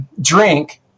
drink